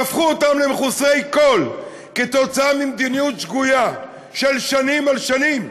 והפכו אותם למחוסרי כול כתוצאה ממדיניות שגויה של שנים על שנים,